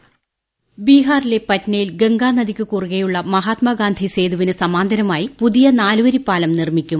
voice ബീഹാറിലെ പറ്റ്നയിൽ ഗംഗാ നദിക്ക് കുറുകെയുള്ള മഹാത്മാഗാന്ധി സേതുവിന് സമാരന്തരമായി പുതിയ നാലുവരി പാലം നിർമ്മിക്കും